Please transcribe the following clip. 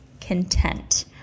content